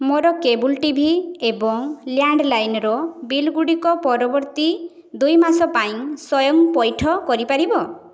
ମୋର cable T V ଏବଂ ଲ୍ୟାଣ୍ଡ୍ଲାଇନ୍ର ବିଲଗୁଡ଼ିକ ପରବର୍ତ୍ତୀ ଦୁଇ ମାସ ପାଇଁ ସ୍ଵୟଂ ପଇଠ କରିପାରିବ